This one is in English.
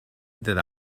that